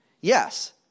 Yes